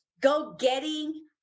go-getting